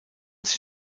sich